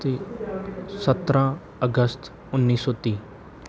ਅਤੇ ਸਤਾਰਾਂ ਅਗਸਤ ਉੱਨੀ ਸੌ ਤੀਹ